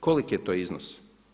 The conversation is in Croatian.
Koliki je to iznos?